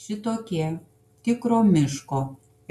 šitokie tikro miško